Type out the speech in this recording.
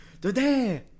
today